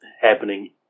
happening